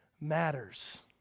matters